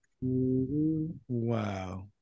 Wow